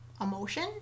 emotion